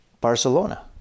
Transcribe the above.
Barcelona